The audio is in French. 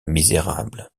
misérables